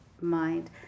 Mind